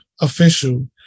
official